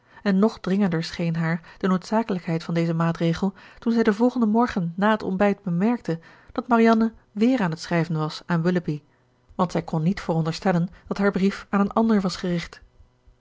en nog dringender scheen haar de noodzakelijkheid van dezen maatregel toen zij den volgenden morgen na het ontbijt bemerkte dat marianne weer aan het schrijven was aan willoughby want zij kon niet veronderstellen dat haar brief aan een ander was gericht